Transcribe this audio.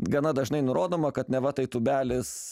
gana dažnai nurodoma kad neva tai tūbelis